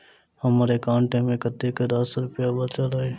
हम्मर एकाउंट मे कतेक रास रुपया बाचल अई?